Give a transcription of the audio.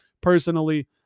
personally